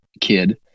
kid